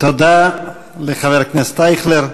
תודה לחבר הכנסת אייכלר.